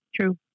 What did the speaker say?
True